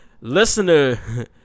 Listener